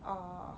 err